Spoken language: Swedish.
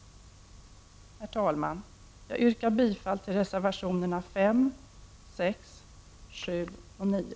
Herr talman! Jag yrkar bifall till reservationerna 5, 6, 7 och 9.